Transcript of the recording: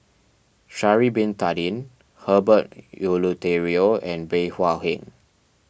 Sha'ari Bin Tadin Herbert Eleuterio and Bey Hua Heng